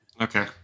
Okay